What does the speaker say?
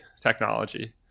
technology